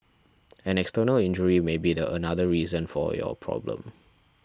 an external injury may be the another reason for your problem